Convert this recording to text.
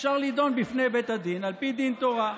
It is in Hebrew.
אפשר לדון בבית הדין, על פי דין תורה.